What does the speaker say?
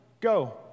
Go